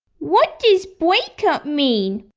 what does break up mean?